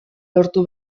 lortu